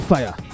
fire